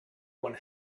one